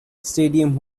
stadium